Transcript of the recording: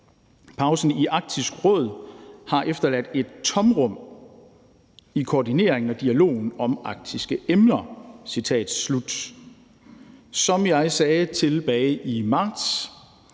»Pausen i Arktisk Råd har efterladt et tomrum i koordineringen og dialogen om arktiske emner.« Som jeg sagde tilbage i marts,